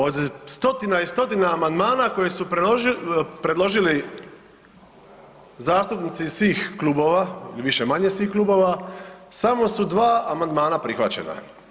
Od stotina i stotina amandmana koje su predložili zastupnici iz svih klubova il više-manje svih klubova, samo su 2 amandmana prihvaćena.